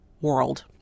world